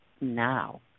Now